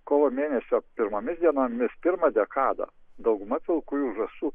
kovo mėnesio pirmomis dienomis pirmą dekadą dauguma pilkųjų žąsų